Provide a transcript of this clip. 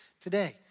today